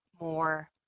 more